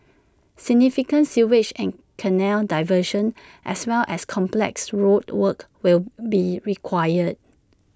significant sewage and canal diversions as well as complex road work will be required